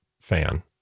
fan